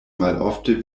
malofte